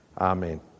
Amen